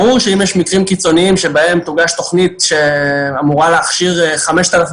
ברור שאם יש מקרים קיצוניים שבהם תוגש תוכנית שאמורה להכשיר 5,000